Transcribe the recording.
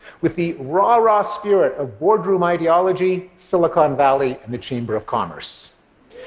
with the rah-rah spirit of boardroom ideology, silicon valley and the chamber of commerce.